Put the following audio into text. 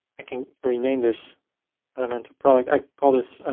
i can rename this elementor product. i call this